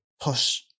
push